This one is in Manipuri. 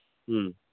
ꯎꯝ